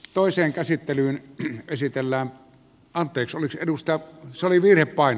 toiseen käsittelyyn käsitellään apex olisi edustaa soli vilppaan